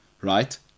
right